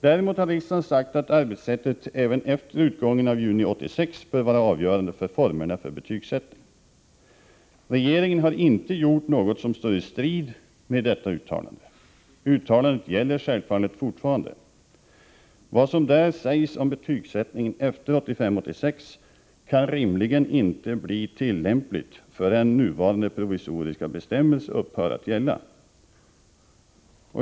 Däremot har riksdagen sagt att arbetssättet även efter utgången av juni 1986 bör vara avgörande för formerna för betygsättning. Regeringen har inte gjort något som står i strid mot detta uttalande. Uttalandet gäller självfallet fortfarande. Vad som där sägs om betygsättningen efter 1985/86 kan rimligen inte bli tillämpligt förrän nuvarande provisoriska bestämmelser upphört att gälla.